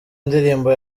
ndirimbo